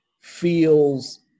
feels